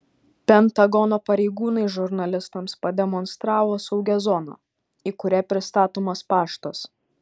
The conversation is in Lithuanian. pentagono pareigūnai žurnalistams pademonstravo saugią zoną į kurią pristatomas paštas